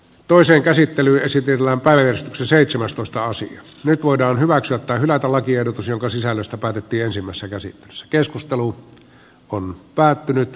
toisen käsittely jäisi tilapäinen seitsemästoista osa nyt voidaan hyväksyä tai hylätä lakiehdotus jonka sisällöstä päätettiinsimassa käsin se keskustelu on päättynyt